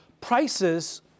prices